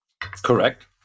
Correct